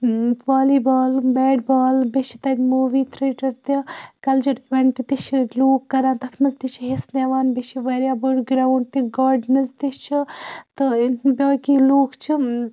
والی بال bat ball بیٚیہِ چھِ تَتہِ موٗوی تھیٖٹَر تہِ کَلچَر اِویٚنٛٹ تہِ چھِ لوٗکھ کَران تَتھ مَنٛز تہِ چھِ حصہٕ نوان بیٚیہِ چھُ واریاہ بوٚڑ گرٛاوُنٛڈ تہِ گارڈنٕز تہِ چھِ تہٕ ٲں باقٕے لوٗکھ چھِ